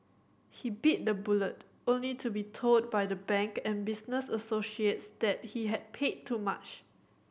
he bit the bullet only to be told by the bank and business associates that he had paid too much